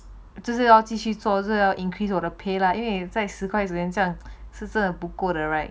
这是要继续就要 increase 我的 pay lah 因为在十块这样是不够的 right